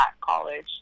college